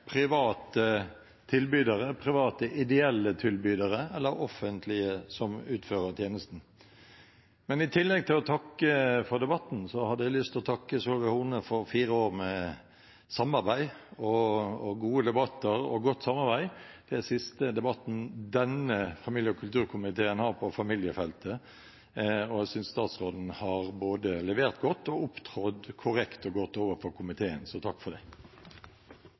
private tilbydere, private ideelle tilbydere eller offentlige som utfører tjenesten. Men i tillegg til å takke for debatten hadde jeg lyst til å takke Solveig Horne for fire år med samarbeid – gode debatter og godt samarbeid. Dette er den siste debatten denne familie- og kulturkomiteen har på familiefeltet, og jeg synes statsråden har både levert godt og opptrådt korrekt og godt overfor komiteen. Så takk for det.